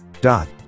Dot